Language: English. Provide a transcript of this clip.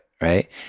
Right